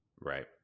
right